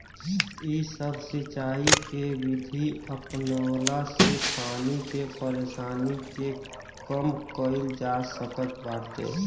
इ सब सिंचाई के विधि अपनवला से पानी के परेशानी के कम कईल जा सकत बाटे